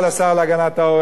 ישנה גזירה